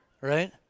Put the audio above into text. Right